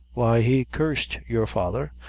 why, he cursed your father,